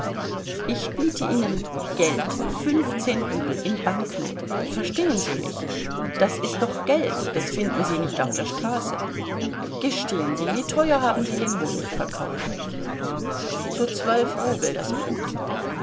ich biete ihnen geld fünfzehn rubel in banknoten verstehen sie mich das ist doch geld das finden sie nicht auf der straße gestehen sie wie teuer haben sie den honig verkauft zu zwölf rubel das pud